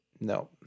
No